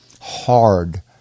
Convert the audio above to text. hard